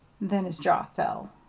then his jaw fell.